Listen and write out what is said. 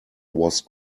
was